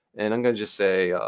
and i'm going to just say,